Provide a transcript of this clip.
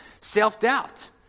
self-doubt